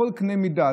בכל קנה מידה.